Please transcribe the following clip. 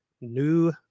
new